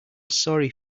sorry